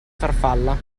farfalla